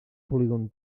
polígon